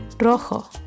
Rojo